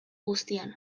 guztian